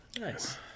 Nice